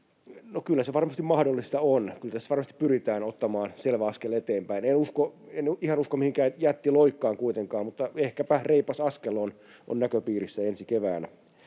Kyllä se varmasti on mahdollista. Kyllä tässä varmasti pyritään ottamaan selvä askel eteenpäin. En ihan usko mihinkään jättiloikkaan kuitenkaan, mutta ehkäpä reipas askel on näköpiirissä ensi keväänä